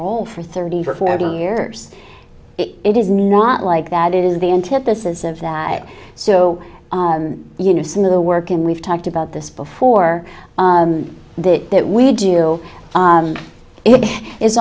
role for thirty or forty years it is not like that is the antithesis of that so you know some of the work and we've talked about this before that that we do it i